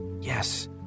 yes